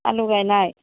आलु गायनाय